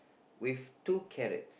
with two carrots